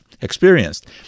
experienced